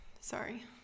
Sorry